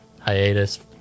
hiatus